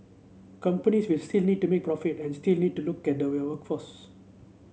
companies will still need to make profit and still need to look at their workforce